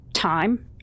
time